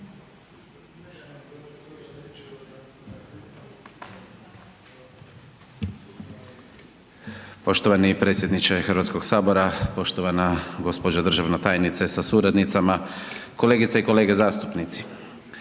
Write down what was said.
Poštovani predsjedniče HS-a, poštovana gđo. državna tajnice sa suradnicama. Kolegice i kolege zastupnici.